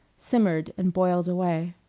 simmered and boiled away.